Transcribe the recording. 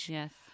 Yes